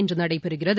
இன்று நடைபெறுகிறது